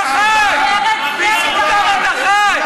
מרצ נגד החיילים.